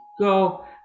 go